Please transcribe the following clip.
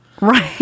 right